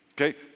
Okay